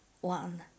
one